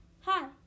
hi